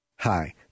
Hi